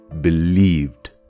believed